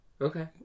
Okay